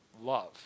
Love